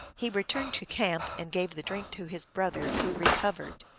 he returned to camp, and gave the drink to his brother, who recovered.